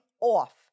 off